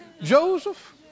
Joseph